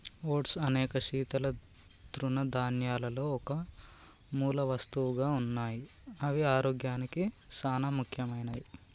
oats అనేక శీతల తృణధాన్యాలలో ఒక మూలవస్తువుగా ఉన్నాయి అవి ఆరోగ్యానికి సానా ముఖ్యమైనవి